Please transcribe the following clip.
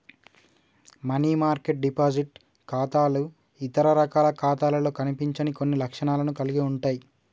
money market deposit ఖాతాలు ఇతర రకాల ఖాతాలలో కనిపించని కొన్ని లక్షణాలను కలిగి ఉంటయ్